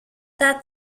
that